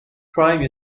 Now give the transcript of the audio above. crime